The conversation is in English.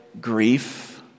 grief